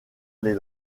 les